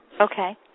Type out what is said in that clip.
Okay